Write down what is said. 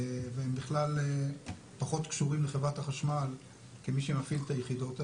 והם בכלל פחות קשורים לחברת החשמל כמי שמפעיל את היחידות האלה.